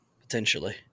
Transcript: potentially